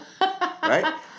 right